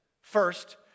First